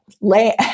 lay